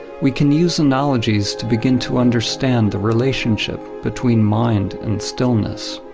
we can use analogies to begin to understand the relationship between mind and stillness,